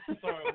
sorry